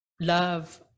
love